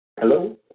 Hello